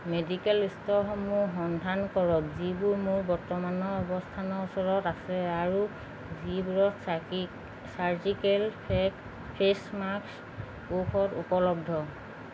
medical ষ্ট'ৰসমূহ সন্ধান কৰক যিবোৰ মোৰ বৰ্তমানৰ অৱস্থানৰ ওচৰত আছে আৰু যিবোৰত চাৰ্কি চাৰ্জিকেল ফেক ফেচ মাস্ক ঔষধ উপলব্ধ